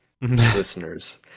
listeners